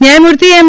ન્યાયમૂર્તિ એમ